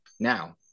Now